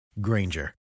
Granger